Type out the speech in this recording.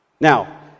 Now